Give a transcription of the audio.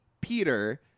Peter